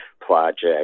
project